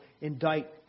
indict